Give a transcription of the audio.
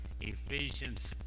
Ephesians